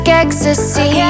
ecstasy